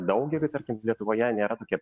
daugeliui tarkim lietuvoje nėra tokia